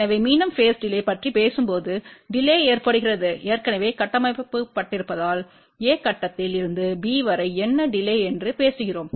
எனவே மீண்டும் phase delay பற்றி பேசும்போது டிலே ஏற்படுகிறது ஏற்கனவே கட்டமைக்கப்பட்டிருப்பதால் a கட்டத்தில் இருந்து b வரை என்ன டிலே என்று பேசுகிறோம்